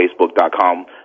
facebook.com